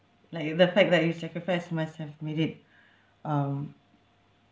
like the fact that you sacrificed must have made it um